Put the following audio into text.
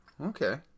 Okay